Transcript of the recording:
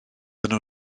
yno